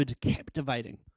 captivating